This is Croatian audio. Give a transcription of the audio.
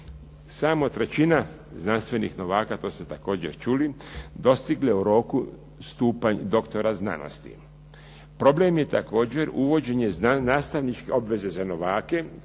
Samo trećina znanstvenih novaka, to ste također čuli, dostigla je u roku stupanj doktora znanosti. Problem je također uvođenje nastavničke obveze za novake